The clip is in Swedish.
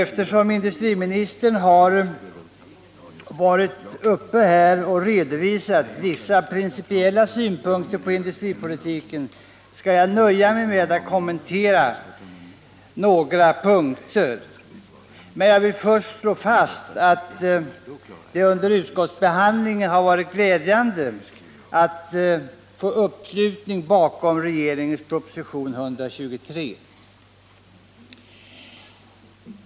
Eftersom industriministern i denna debatt redan har redovisat vissa principiella synpunkter på industripolitiken, skall jag nöja mig med att kommentera några punkter. Jag vill först slå fast att det under utskottsbehandlingen har varit glädjande att få uppslutning bakom regeringens proposition nr 123.